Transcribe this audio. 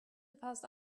passed